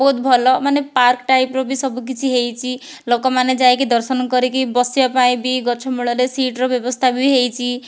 ବହୁତ ଭଲ ମାନେ ପାର୍କ ଟାଇପ୍ର ବି ସବୁ କିଛି ହେଇଛି ଲୋକମାନେ ଯାଇକି ଦର୍ଶନ କରିକି ବସିବା ପାଇଁ ବି ଗଛମୂଳରେ ସିଟ୍ର ବ୍ୟବସ୍ଥା ବି ହେଇଛି